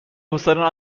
حوصله